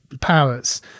powers